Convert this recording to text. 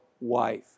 wife